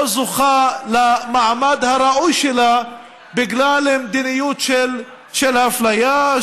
זוכה למעמד הראוי לה בגלל מדיניות של אפליה,